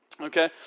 Okay